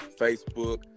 Facebook